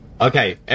Okay